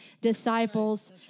disciples